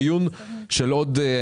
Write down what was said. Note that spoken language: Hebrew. זה דיון של עוד שעות,